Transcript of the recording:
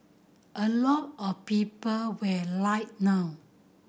a lot of people were like wow